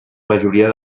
majoria